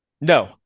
no